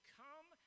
come